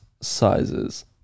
sizes